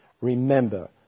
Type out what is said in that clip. remember